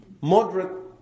moderate